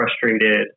frustrated